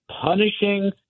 punishing